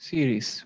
Series